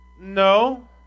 No